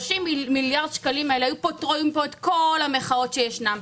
30 מיליארד השקלים האלה היו פותרים את פה את כל המחאות שישנן,